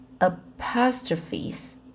apostrophes